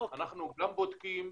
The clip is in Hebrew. אנחנו גם בודקים.